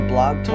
Blog